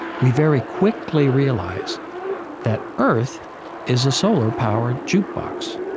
we very quickly realize that earth is a solar-powered jukebox